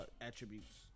attributes